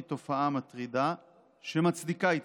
היא תופעה מטרידה שמצדיקה התייחסות.